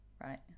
Right